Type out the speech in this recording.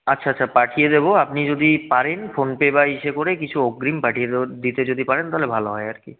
আচ্ছা আচ্ছা পাঠিয়ে দেবো আপনি যদি পারেন ফোনপে বা ইসে করে কিছু অগ্রিম পাঠিয়ে দিতে যদি পারেন তাহলে ভালো হয় আর কি